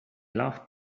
laughed